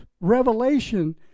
Revelation